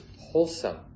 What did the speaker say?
wholesome